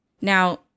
Now